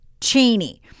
Cheney